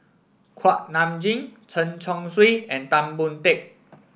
Kuak Nam Jin Chen Chong Swee and Tan Boon Teik